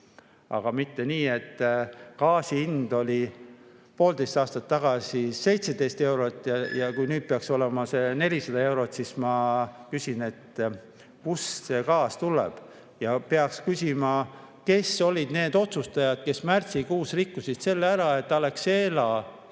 heal juhul 15%. Gaasi hind oli poolteist aastat tagasi 17 eurot ja kui nüüd peaks see olema 400 eurot, siis ma küsin, et kust see gaas tuleb. Peaks küsima, kes olid need otsustajad, kes märtsikuus rikkusid selle ära, et Alexelal